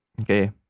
okay